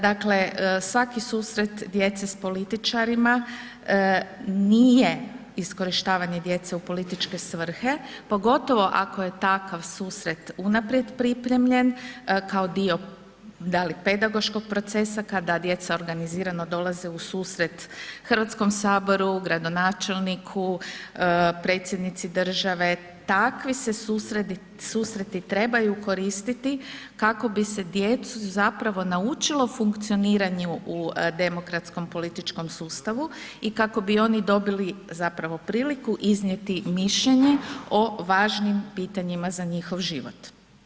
Dakle svaki susret djece sa političarima nije iskorištavanje djece u političke svrhe pogotovo ako je tak susret unaprijed pripremljen, kao dio da li pedagoškog procesa kada djeca organizirano dolaze u susret Hrvatskom saboru, gradonačelniku, predsjednici Države, takvi se susreti trebaju koristiti kako bi se djecu zapravo naučilo funkcioniranju u demokratskom, političkom sustavu i kako bi oni dobili zapravo priliku iznijeti mišljenje o važnim pitanjima za njihov život.